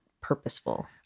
purposeful